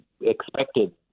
expected